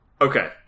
Okay